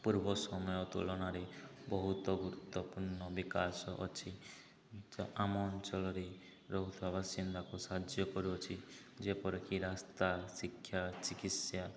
ପୂର୍ବ ସମୟ ତୁଳନାରେ ବହୁତ ଗୁରୁତ୍ୱପୂର୍ଣ୍ଣ ବିକାଶ ଅଛି ଆମ ଅଞ୍ଚଳରେ ରହୁଥିବା ବାସିନ୍ଦା ସାହାଯ୍ୟ କରୁଅଛି ଯେପରିକି ରାସ୍ତା ଶିକ୍ଷା ଚିକିତ୍ସା